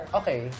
okay